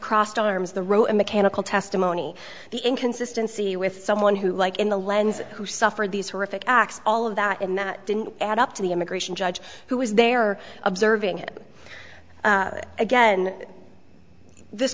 crossed arms the row of mechanical testimony the inconsistency with someone who like in the lens who suffered these horrific acts all of that and that didn't add up to the immigration judge who was there observing it again this